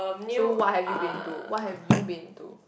so what have you been to what have you been to